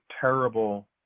terrible